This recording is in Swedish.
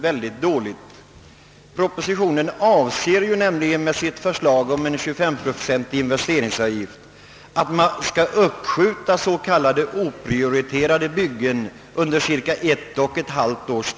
Syftet med propositionens förslag om en 25-procentig investeringsavgift är nämligen att man skall uppskjuta s.k. oprioriterade byggen med ungefär ett och ett halvt år.